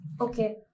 Okay